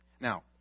Now